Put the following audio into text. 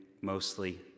mostly